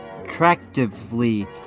attractively